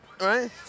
right